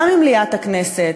גם ממליאת הכנסת,